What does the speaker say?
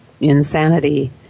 insanity